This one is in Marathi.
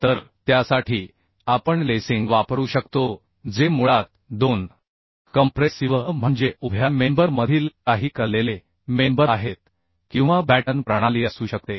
तर त्यासाठी आपण लेसिंग वापरू शकतो जे मुळात दोन कंप्रेसिव्ह म्हणजे उभ्या मेंबर मधील काही कललेले मेंबर आहेत किंवा बॅटन प्रणाली असू शकते